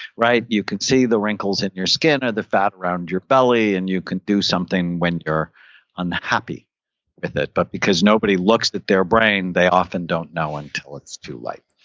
you can see the wrinkles in your skin or the fat around your belly, and you can do something when you're unhappy with it but because nobody looks at their brain, they often don't know until it's too like